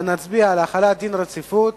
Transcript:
החלת דין רציפות,